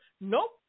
Nope